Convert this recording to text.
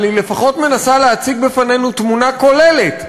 אבל היא לפחות מנסה להציג בפנינו תמונה כוללת,